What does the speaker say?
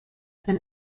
then